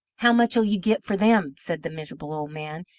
how much'll you get for them? said the miserable old man,